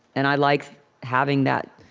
and i like having that.